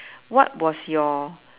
what was your